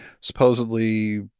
supposedly